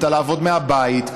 ולעבוד מהבית,